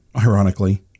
ironically